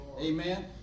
Amen